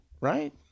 right